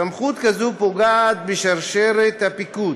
סמכות כזו פוגעת בשרשרת הפיקוד,